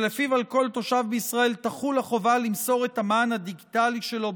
שלפיו על כל תושב בישראל תחול החובה למסור את המען הדיגיטלי שלו,